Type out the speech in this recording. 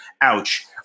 Ouch